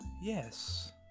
yes